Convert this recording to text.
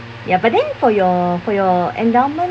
ya but then for your for your endowment